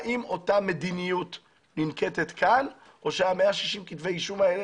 האם אותה מדיניות ננקטת כאן או ש-165 כתבי האישום האלה